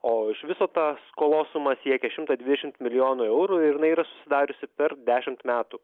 o iš viso ta skolos suma siekia šimtą dvidešimt milijonų eurų ir jinai yra susidariusi per dešimt metų